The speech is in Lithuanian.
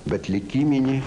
bet lyg įminė